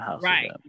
Right